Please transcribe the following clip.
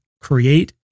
create